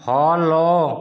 follow